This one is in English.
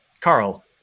Carl